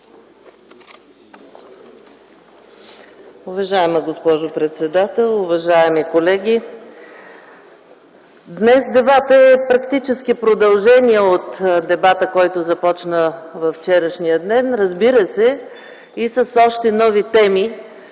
Уважаема госпожо председател, уважаеми колеги! Днес дебатът е практически продължение на дебата, започнал във вчерашния ден, но разбира се, с още нови теми,